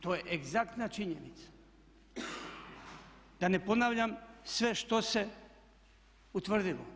To je egzaktna činjenica, da ne ponavljam sve što se utvrdilo.